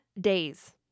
days